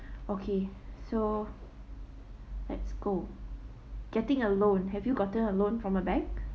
okay so let's go getting a loan have you gotten a loan from a bank